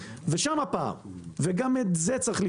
בפער של כמה עשרות מיליונים תייצרו מהפיכה בחקלאות?